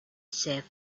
save